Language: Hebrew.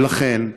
ולכן,